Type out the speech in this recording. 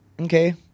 okay